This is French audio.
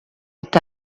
est